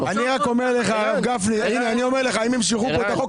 אני אומר לך שאם ימשכו את החוק,